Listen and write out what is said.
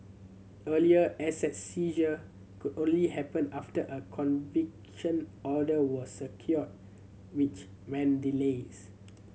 earlier asset seizure could only happen after a conviction order was secured which meant delays